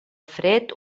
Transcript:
fred